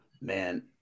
Man